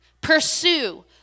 pursue